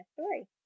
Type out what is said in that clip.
story